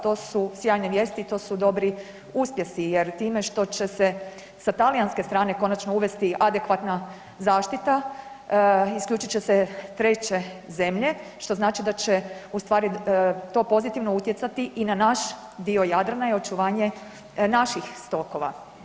To su sjajne vijesti i to su dobri uspjesi jer time što će se sa talijanske strane konačno uvesti adekvatna zaštita isključit će se treće zemlje, što znači da će u stvari to pozitivno utjecati i na naš dio Jadrana i očuvanje naših stokova.